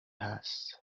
هست